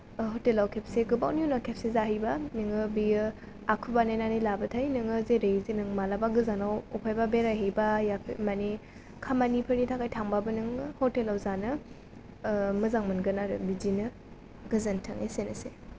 ओ हटेलाव खेबसे गोबावनि उनाव खेबसे जाहैबा नोङो बियो आखु बानायनानै लाबाथाय नोङो जेरै जे नों मालाबा गोजानाव अफायबा बेरायहैबा या माने खामानिफोरनि थाखाय थांबाबो नोङो हटेलाव जानो ओ मोजां मोनगोन आरो बिदिनो गोजोन्थों एसेनोसै